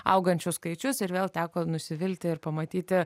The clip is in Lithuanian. augančius skaičius ir vėl teko nusivilti ir pamatyti